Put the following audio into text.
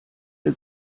der